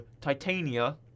Titania